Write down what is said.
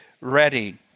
ready